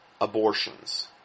abortions